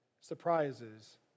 surprises